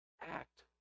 act